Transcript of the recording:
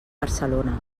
barcelona